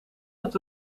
dat